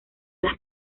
las